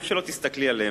איך שלא תסתכלי עליהם,